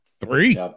Three